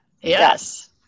Yes